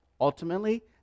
Ultimately